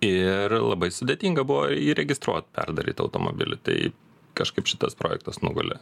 ir labai sudėtinga buvo įregistruot perdarytą automobilį tai kažkaip šitas projektas nugulė